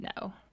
no